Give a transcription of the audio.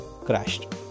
crashed